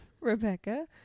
Rebecca